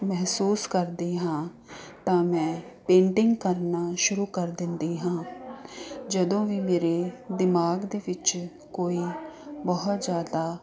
ਮਹਿਸੂਸ ਕਰਦੀ ਹਾਂ ਤਾਂ ਮੈਂ ਪੇਂਟਿੰਗ ਕਰਨਾ ਸ਼ੁਰੂ ਕਰ ਦਿੰਦੀ ਹਾਂ ਜਦੋਂ ਵੀ ਮੇਰੇ ਦਿਮਾਗ ਦੇ ਵਿੱਚ ਕੋਈ ਬਹੁਤ ਜ਼ਿਆਦਾ